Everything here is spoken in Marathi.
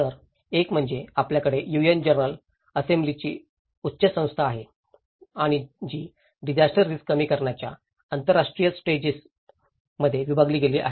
तर एक म्हणजे आपल्याकडे यूएन जनरल असेंब्लीची उच्च संस्था आहे आणि जी डिजास्टर रिस्क कमी करण्याच्या आंतरराष्ट्रीय स्टेटर्जी मध्ये विभागली गेली आहे